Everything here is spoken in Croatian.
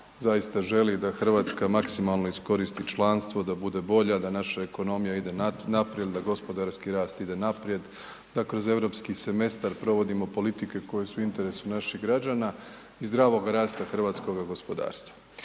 zaista želi da Hrvatska maksimalno iskoristi članstvo, da bude bolja, da naša ekonomija ide naprijed, da gospodarski rast ide naprijed, da kroz europski semestar providimo politike koje su u interesu naših građana i zdravoga rasta hrvatskoga gospodarstva.